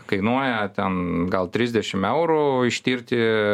kainuoja ten gal trisdešim eurų ištirti